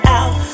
out